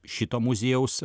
šito muziejaus